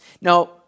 Now